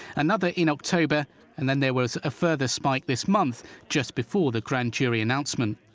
another in october and then there was a further spike this month just before the grand jury announcement.